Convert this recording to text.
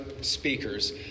speakers